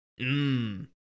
Mmm